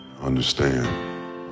understand